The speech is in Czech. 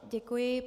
Děkuji.